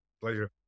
Pleasure